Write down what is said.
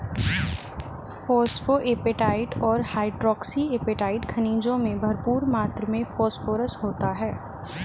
phosphoapatite और hydroxy apatite खनिजों में भरपूर मात्र में फोस्फोरस होता है